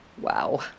Wow